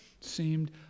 seemed